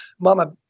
mama